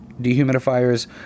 dehumidifiers